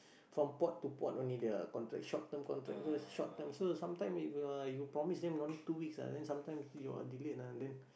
from port to port only their contract short term contract so it's short term so sometime if you are you promise them only two weeks ah then sometimes you are delayed ah then